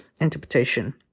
interpretation